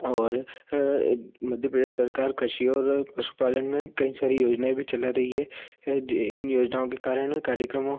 और मध्य प्रदेश सरकार कृषि और पशु पालन में कई सारी योजनाएँ भी चला रही है इन योजनाओं के कारण कार्यक्रमों